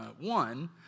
One